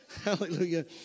Hallelujah